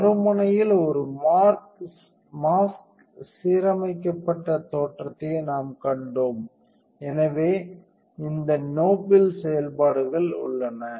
மறுமுனையில் ஒரு மாஸ்க் சீரமைக்கப்பட்ட தோற்றத்தை நாம் கண்டோம் எனவே இந்த நோப்பிள் செயல்பாடுகள் உள்ளன